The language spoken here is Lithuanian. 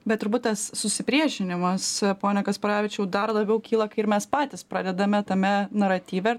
bet turbūt tas susipriešinimas pone kasparavičiau dar labiau kyla kai ir mes patys pradedame tame naratyve